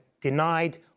denied